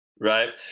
Right